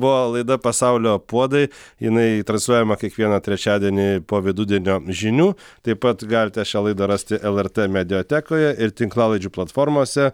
buvo laida pasaulio puodai jinai transliuojama kiekvieną trečiadienį po vidudienio žinių taip pat galite šią laidą rasti lrt mediatekoje ir tinklalaidžių platformose